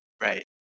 Right